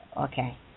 Okay